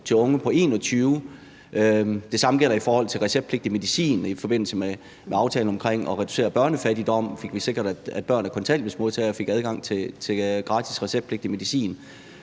til 21 år. Det samme gælder i forhold til receptpligtig medicin i forbindelse med aftalen om at reducere børnefattigdom – der fik vi sikret, at børn af kontanthjælpsmodtagere fik adgang til gratis receptpligtig medicin.